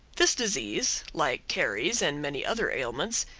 this disease, like caries and many other ailments,